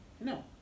no